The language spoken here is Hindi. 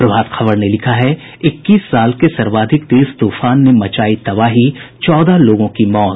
प्रभात खबर ने लिखा है इक्कीस साल के सर्वाधिक तेज तूफान ने मचायी तबाही चौदह लोगों की मौत